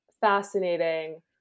fascinating